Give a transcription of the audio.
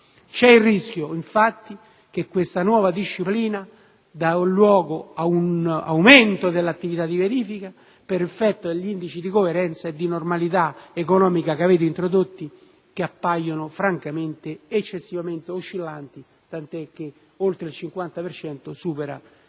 C'è il rischio, infatti, che questa nuova disciplina possa dar luogo ad un aumento delle attività di verifica per effetto degli indici di coerenza e di normalità economica che avete introdotto e che appaiono eccessivamente oscillanti, tant'è che oltre il 50 per